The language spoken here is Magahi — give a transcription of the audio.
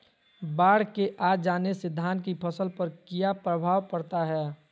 बाढ़ के आ जाने से धान की फसल पर किया प्रभाव पड़ता है?